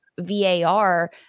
VAR